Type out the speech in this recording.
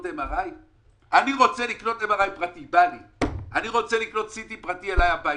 MRI. בא לי לקנות מכשיר MRI פרטי אלי הביתה,